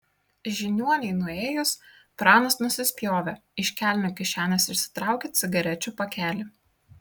žiniuoniui nuėjus pranas nusispjovė iš kelnių kišenės išsitraukė cigarečių pakelį